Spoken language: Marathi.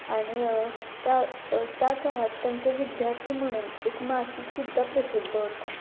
आणि त्या त्या काळात त्यांचं विद्यार्थी म्हणून एक मासिकसुद्धा प्रसिद्ध होतं